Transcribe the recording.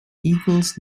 eagles